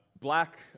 Black